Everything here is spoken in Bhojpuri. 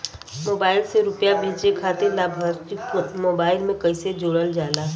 मोबाइल से रूपया भेजे खातिर लाभार्थी के मोबाइल मे कईसे जोड़ल जाला?